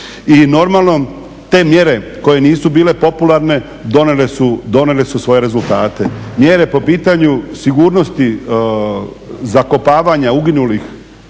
I normalno, te mjere koje nisu bile popularne donijele su svoje rezultate. Mjere po pitanju sigurnosti zakopavanja uginulih